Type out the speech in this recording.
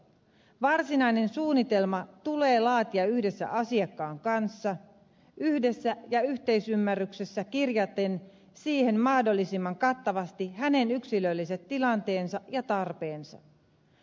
varsinainen suunnitelma tulee laatia yhdessä asiakkaan kanssa kirjaten siihen yhdessä ja yhteisymmärryksessä mahdollisimman kattavasti hänen yksilölliset tilanteensa ja tarpeensa